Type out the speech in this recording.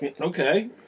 Okay